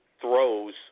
throws